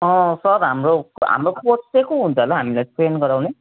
अँ सर हाम्रो हाम्रो कोच चाहिँ को हुन्छ होला हामीलाई ट्रेन गराउने